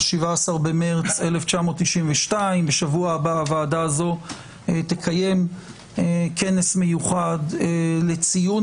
17 במרס 1992. שבוע הבא הוועדה הזו תקיים כנס מיוחד לציון